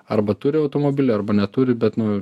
arba turi automobilį arba neturi bet nu